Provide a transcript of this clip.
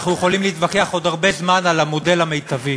אנחנו יכולים להתווכח עוד הרבה זמן על המודל המיטבי,